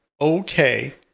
okay